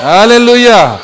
Hallelujah